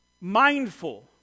mindful